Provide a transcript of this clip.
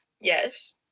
Yes